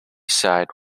side